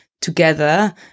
together